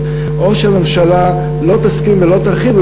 או שהממשלה תסכים ותרחיב את הפעולה הזאת,